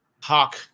talk